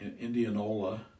Indianola